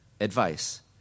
advice